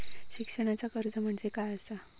शिक्षणाचा कर्ज म्हणजे काय असा?